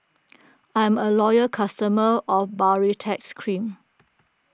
I'm a loyal customer of Baritex Cream